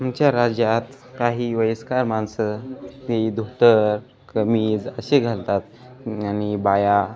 आमच्या राज्यात काही वयस्कर माणसं हे धोतर कमीज असे घालतात आणि बाया